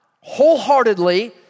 wholeheartedly